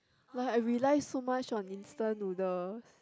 like I rely so much on instant noodles